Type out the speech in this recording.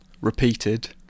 repeated